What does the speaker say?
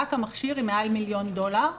רק המכשיר היא 1-1.5 מיליון דולר,